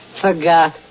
Forgot